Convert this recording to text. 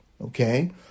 okay